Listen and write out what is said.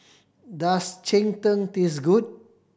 does cheng tng taste good